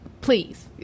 Please